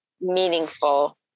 meaningful